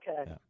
Okay